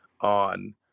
on